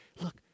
look